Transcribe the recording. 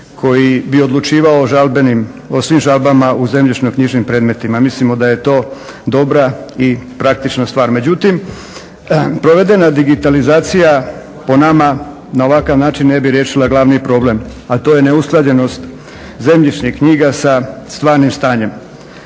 koji bi odlučivao o svim žalbama u zemljišno-knjižnim predmetima. Mislimo da je to dobra i praktična stvar. Međutim provedena digitalizacija po nama na ovakav način ne bi riješila glavni problem, a to je neusklađenost zemljišnih knjiga sa stvarnim stanjem